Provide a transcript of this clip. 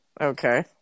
Okay